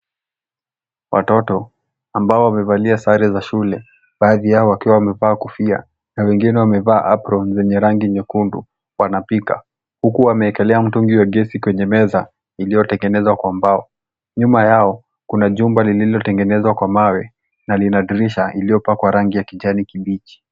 Watoto ambao wamevalia sare za shule baadhi yao wakiwa wamevaa kofia na wengine wamevalia aproni za rangi nyekundu wana pika huku wamewekelea mitungi wa gesi wenye meza iliyo tengenezwa kwa mbao. Nyuma yao kuna jumba lililo tengenezwa kwa mawe na lina dirisha iliyo pakwa rangi ya kijani kibichi.